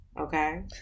Okay